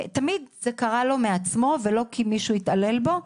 תמיד זה קרה לו מעצמו ולא כי מישהו התעלל בו.